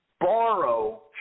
borrow